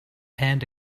and